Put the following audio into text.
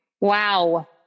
Wow